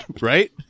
right